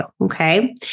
okay